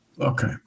Okay